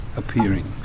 appearing